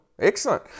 Excellent